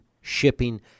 shipping